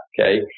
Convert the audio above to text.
okay